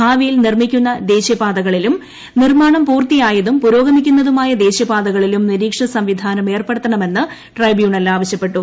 ഭാവിയിൽ നിർമ്മിക്കുന്ന പാതകളിലും നിർമ്മാണം പൂർത്തിയായതും പുരോഗമിക്കുന്നതുമായ ദേശീയ പാതകളിലും നിരീക്ഷണ സംവിധാനം ഏർപ്പെടുത്തണമെന്ന് ട്രൈബ്യൂണൽ ആവശ്യപ്പെട്ടു